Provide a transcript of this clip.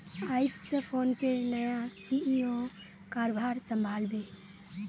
आइज स फोनपेर नया सी.ई.ओ कारभार संभला बे